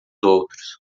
outros